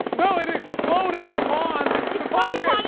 no it exploded upon